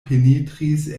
penetris